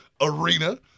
arena